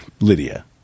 Lydia